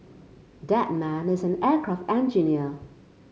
that man is an aircraft engineer